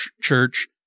church